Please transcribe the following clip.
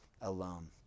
alone